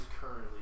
currently